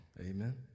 Amen